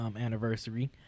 anniversary